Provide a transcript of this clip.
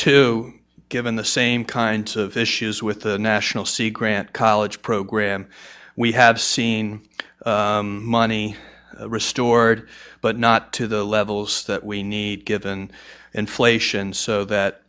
two given the same kinds of issues with the national sea grant college program we have seen money restored but not to the levels that we need given inflation so that